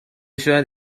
شاید